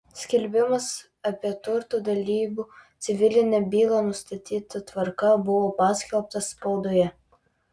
skelbimas apie turto dalybų civilinę bylą nustatyta tvarka buvo paskelbtas spaudoje